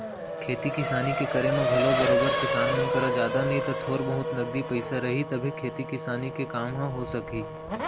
खेती किसानी के करे म घलौ बरोबर किसान मन करा जादा नई त थोर बहुत नगदी पइसा रही तभे खेती किसानी के काम ह हो सकही